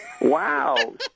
Wow